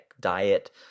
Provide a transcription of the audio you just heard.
diet